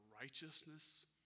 righteousness